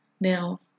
Now